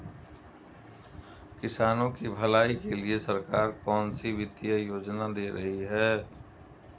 किसानों की भलाई के लिए सरकार कौनसी वित्तीय योजना दे रही है?